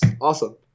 awesome